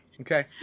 okay